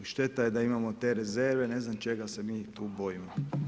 I šteta je da imamo te rezerve, ne znam čega se mi tu bojimo.